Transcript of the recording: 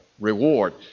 reward